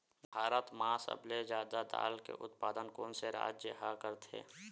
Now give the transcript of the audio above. भारत मा सबले जादा दाल के उत्पादन कोन से राज्य हा करथे?